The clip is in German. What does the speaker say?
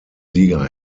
sieger